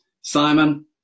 Simon